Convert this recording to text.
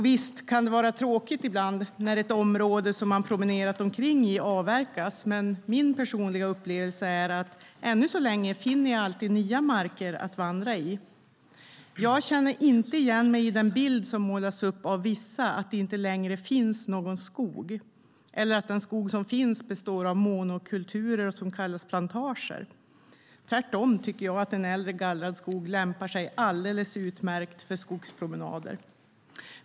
Visst kan det vara tråkigt när ett område man promenerat omkring i avverkas, men min personliga upplevelse är att jag än så länge alltid finner nya marker att vandra i. Jag känner inte igen mig i den bild som målas upp av vissa att det inte längre finns någon skog, eller att den skog som finns består av monokulturer som man kallar plantager. Tvärtom tycker jag att en äldre, gallrad skog lämpar sig alldeles utmärkt för skogspromenader.